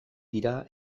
dira